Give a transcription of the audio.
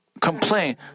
Complain